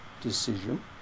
decision